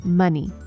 money